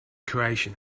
creation